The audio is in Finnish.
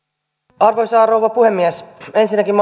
arvoisa rouva puhemies ensinnäkin